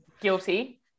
Guilty